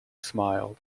smiled